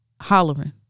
Hollering